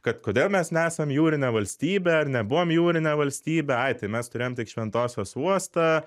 kad kodėl mes nesam jūrinė valstybė ar nebuvom jūrinė valstybė ai tai mes turėjom tik šventosios uostą